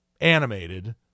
animated